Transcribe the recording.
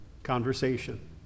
conversation